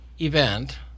event